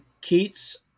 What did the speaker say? Keats